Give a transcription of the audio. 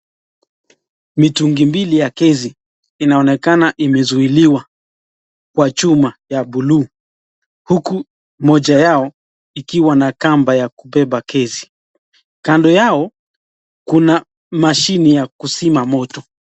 Mitungi mbili ya gesi inaonekana imezuiliwa kwa chuma ya buluu huku moja yao ikiwa na kamba ya kubeba gesi. Kando yao, kuna mashini ya kuzima moto.